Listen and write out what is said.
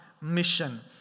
mission